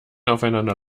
aufeinander